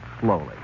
slowly